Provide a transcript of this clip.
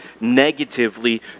negatively